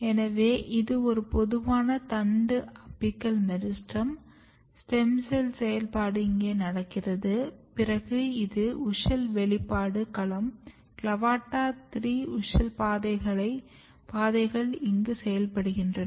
எனவே இது ஒரு பொதுவான தண்டு அபிக்கல் மெரிஸ்டெம் ஸ்டெம் செல் செயல்பாடு இங்கே நடக்கிறது பிறகு இது WUSCHEL வெளிப்பாடு களம் CLAVATA3 WUSCHEL பாதைகள் இங்கு செயல்படுகின்றன